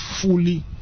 fully